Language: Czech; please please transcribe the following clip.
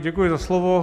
Děkuji za slovo.